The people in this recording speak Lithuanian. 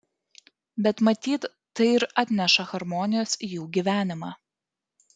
bet matyt tai ir atneša harmonijos į jų gyvenimą